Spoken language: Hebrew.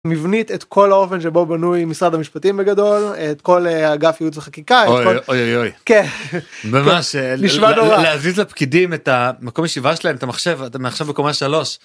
מבנית את כל האופן שבו בנוי משרד המשפטים בגדול את כל אגף ייעוץ וחקיקה. אוי יו יו. כן. ממש. נשמע נורא. להזיז לפקידים את המקום הישיבה שלהם את המחשב מעכשיו אתה בקומה 3.